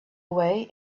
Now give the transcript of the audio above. away